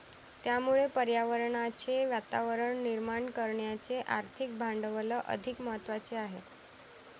त्यामुळे पर्यावरणाचे वातावरण निर्माण करण्याचे आर्थिक भांडवल अधिक महत्त्वाचे आहे